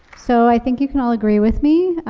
so i think you can all agree with me,